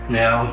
now